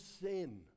sin